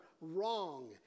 wrong